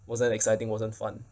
wasn't exciting wasn't fun